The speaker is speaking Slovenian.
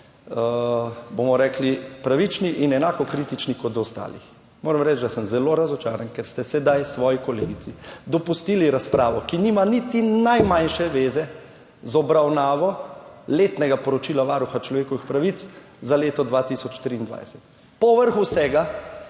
bomo rekli, pravični in enako kritični kot do ostalih. Moram reči, da sem zelo razočaran, ker ste sedaj svoji kolegici dopustili razpravo, ki nima niti najmanjše zveze z obravnavo letnega poročila Varuha človekovih pravic za leto 2023. Po vrhu vsega